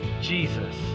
Jesus